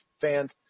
fans